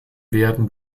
werden